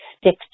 stick